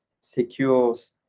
secures